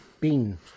Bean